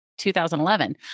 2011